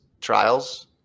trials